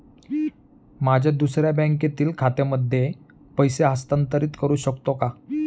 माझ्या दुसऱ्या बँकेतील खात्यामध्ये पैसे हस्तांतरित करू शकतो का?